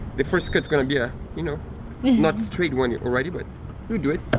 the first cuts gonna be ah you know not straight one already, but we'll do it.